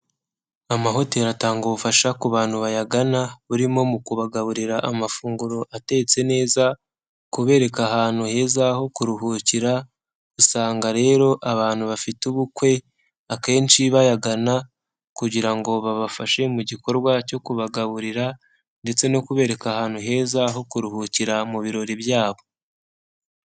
Amahoteli atanga ubufasha ku bantu bayagana, burimo mu kubagaburira amafunguro atetse neza, kubereka ahantu heza ho kuruhukira, usanga rero abantu bafite ubukwe, akenshi bayagana kugira ngo babafashe mu gikorwa cyo kubagaburira ndetse no kubereka ahantu heza ho kuruhukira mu birori byabo.